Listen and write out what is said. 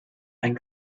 ein